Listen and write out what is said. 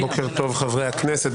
בוקר טוב חברי הכנסת,